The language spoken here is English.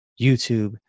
YouTube